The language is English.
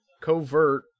covert